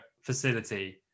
facility